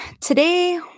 today